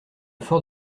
fort